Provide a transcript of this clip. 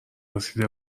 رسیده